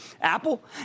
Apple